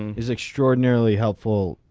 is extraordinarily helpful.